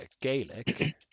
Gaelic